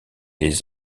les